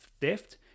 theft